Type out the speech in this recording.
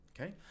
okay